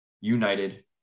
United